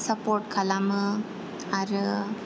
support खालामो आरो